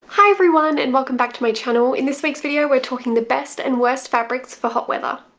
hi everyone and welcome back to my channel. in this week's video, we're talking the best and worst fabrics for hot weather.